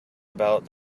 about